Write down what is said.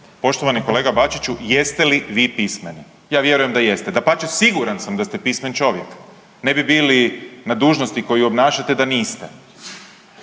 Poštovani kolega Bačiću jeste li vi pismeni? Ja vjerujem da jeste, dapače siguran sam da ste pismen čovjek. Ne bi bili na dužnosti koju obnašate da niste.